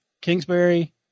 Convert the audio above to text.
Kingsbury